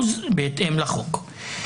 בהתאם לחוק.